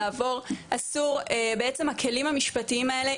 לעבור בעצם הכלים המשפטיים האלה,